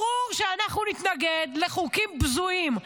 ברור שאנחנו נתנגד לחוקים בזויים.